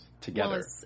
together